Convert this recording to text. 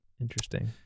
Interesting